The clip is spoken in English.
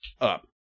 up